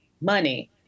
money